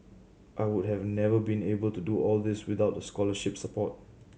I would have never been able to do all these without the scholarship support